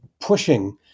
pushing